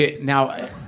Now